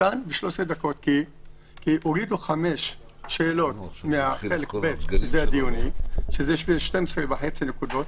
כי הורידו חמש שאלות מחלק ב', שזה 12.5 נקודות,